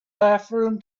bathroom